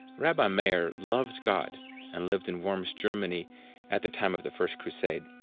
rabbi meir loved god and lived in worms, germany at the time of the first crusade.